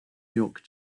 york